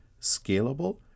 scalable